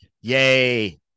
Yay